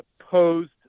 opposed